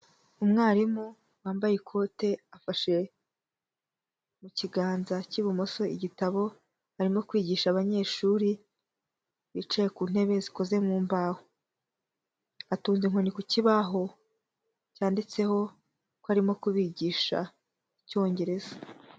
Umwarimu wambaye ikote afashe mu kiganza cy'ibumoso igitabo, arimo kwigisha abanyeshuri bicaye ku ntebe zikoze mu mbaho, atunze inkoni ku kibaho cyanditseho ko arimo kubigisha Icyongereza.